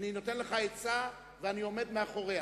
אני נותן לך עצה ואני עומד מאחוריה.